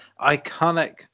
iconic